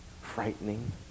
frightening